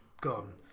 gone